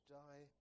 die